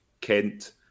Kent